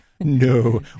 No